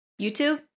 YouTube